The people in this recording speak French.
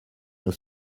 nos